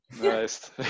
Nice